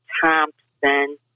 Thompson